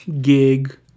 gig